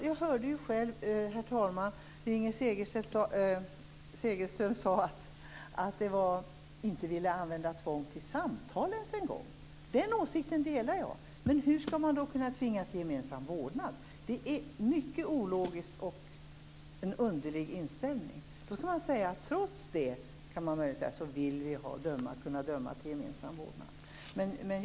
Jag hörde, herr talman, att Inger Segelström sade att man inte ville använda tvång till samtal ens. Den åsikten delar jag. Men hur skall man då kunna tvinga till gemensam vårdnad? Det är en mycket ologisk och underlig inställning. Man skulle möjligen säga att man trots det skulle vilja kunna döma till gemensam vårdnad.